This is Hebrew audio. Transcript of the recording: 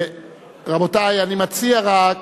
רבותי, אני מציע רק